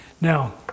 Now